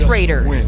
Raiders